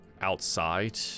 outside